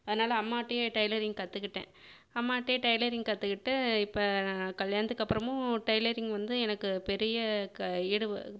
அதனால் அம்மாகிட்டயே டைலரிங் கற்றுக்கிட்டேன் அம்மாகிட்டயே டைலரிங் கற்றுக்கிட்டு இப்போ நான் கல்யாணத்துக்கு அப்புறமும் டைலரிங் வந்து எனக்கு பெரிய க ஈடுப